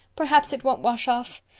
perhaps it won't wash off.